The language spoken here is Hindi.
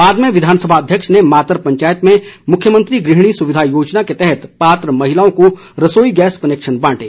बाद में विधानसभा अध्यक्ष ने मातर पंचायत में मुख्यमंत्री गृहिणी सुविधा योजना के तहत पात्र महिलाओं को रसोई गैस कुनैक्शन बांटे